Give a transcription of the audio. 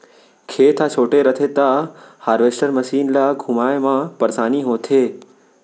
खेत ह छोटे रथे त हारवेस्टर मसीन ल घुमाए म परेसानी होथे